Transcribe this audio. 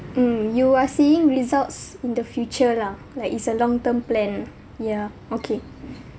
mm you are seeing results in the future lah like it's a long term plan ya okay